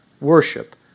Worship